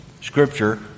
Scripture